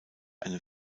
eine